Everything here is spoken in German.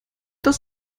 das